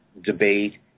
debate